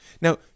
Now